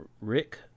Rick